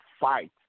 fight